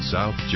South